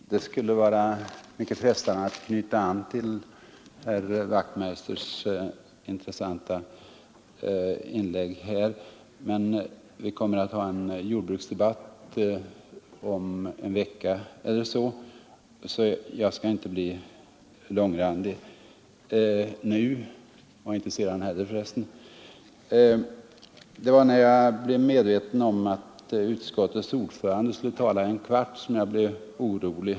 Herr talman! Det skulle vara mycket frestande att knyta an till herr Wachtmeisters intressanta inlägg här, men vi kommer att ha en jordbruksdebatt om någon vecka, så jag skall inte bli långrandig nu! Och inte sedan heller, förresten. Det var när jag blev medveten om att utskottets ordförande skulle tala en kvart som jag blev orolig.